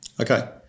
Okay